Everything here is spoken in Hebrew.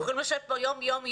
אנחנו יכולים לשבת פה יום אחר יום,